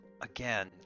again